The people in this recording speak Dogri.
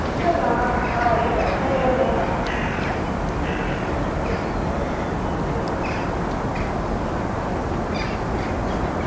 कुत्थें जाना घर ई बैठे दे होन्ने आं